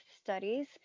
studies